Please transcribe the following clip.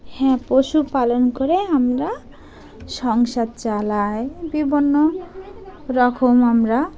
হ্যাঁ পশুপালন করে আমরা সংসার চালাই বিভিন্ন রকম আমরা